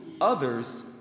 others